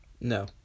No